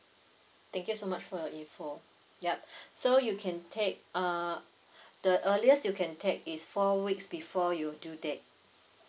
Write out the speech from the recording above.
thank you so much for your info for yup so you can take uh the earliest you can take is four weeks before your due date